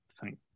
thank